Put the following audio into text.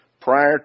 prior